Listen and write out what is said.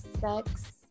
sex